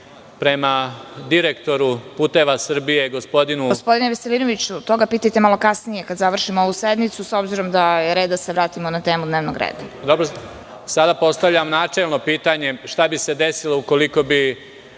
prema direktoru "Puteva Srbije"… **Vesna Kovač** Gospodine Veselinoviću, to ga pitajte malo kasnije kada završimo ovu sednicu, s obzirom da je red da se vratimo na temu dnevnog reda. **Janko Veselinović** Sada postavljam načelno pitanje – šta bi se desilo ukoliko bi